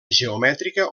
geomètrica